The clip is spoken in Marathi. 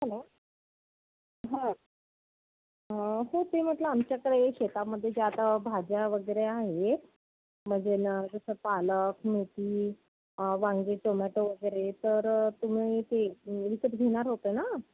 हॅलो हं हो ते म्हटलं आमच्याकडे शेतामध्ये ज्या आता भाज्या वगैरे आहेत म्हणजे ना जसं पालक मेथी वांगे टोमॅटो वगैरे तर तुम्ही ते विकत घेणार होते ना